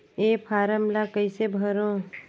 ये फारम ला कइसे भरो?